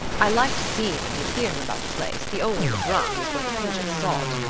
i liked to see him and to hear him about the place the only lebrun who is worth a pinch of salt.